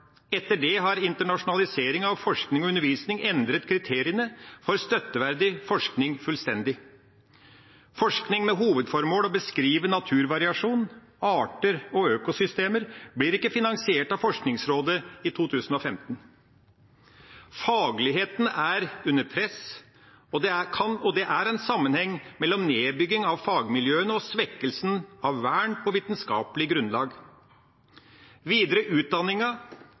Etter det har internasjonaliseringa og forskning og undervisning endret kriteriene for støtteverdig forskning fullstendig. Forskning med hovedformål å beskrive naturvariasjon, arter og økosystemer blir ikke finansiert av Forskningsrådet i 2015. Fagligheten er under press, og det er en sammenheng mellom nedbygging av fagmiljøene og svekkelsen av vern på vitenskapelig grunnlag. Og videre, utdanninga: